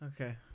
Okay